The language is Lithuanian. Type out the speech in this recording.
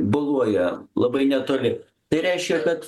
boluoja labai netoli tai reiškia kad